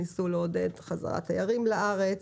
ניסו לעודד חזרת תיירים לארץ.